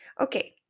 Okay